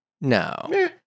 No